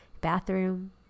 bathroom